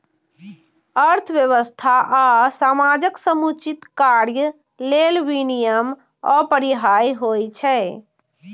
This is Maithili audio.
अर्थव्यवस्था आ समाजक समुचित कार्य लेल विनियम अपरिहार्य होइ छै